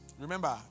Remember